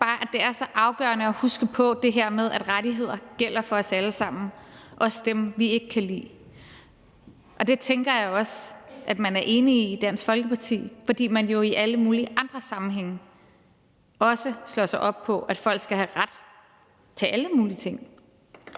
at det er så afgørende at huske det her med, at rettigheder gælder for os alle sammen, også for dem, vi ikke kan lide. Og det tænker jeg også at man er enig i i Dansk Folkeparti, fordi man jo i alle mulige andre sammenhænge også slår sig op på, at folk skal have ret til alle mulige ting,